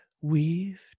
weaved